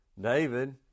David